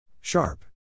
Sharp